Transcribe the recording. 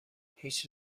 هیچ